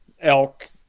elk